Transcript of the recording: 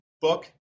book